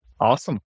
Awesome